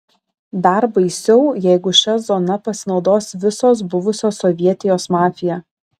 dar baisiau jeigu šia zona pasinaudos visos buvusios sovietijos mafija